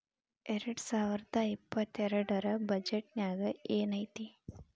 ಎರ್ಡ್ಸಾವರ್ದಾ ಇಪ್ಪತ್ತೆರ್ಡ್ ರ್ ಬಜೆಟ್ ನ್ಯಾಗ್ ಏನೈತಿ?